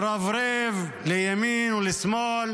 התרברב לימין ולשמאל